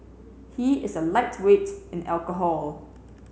he is a lightweight in alcohol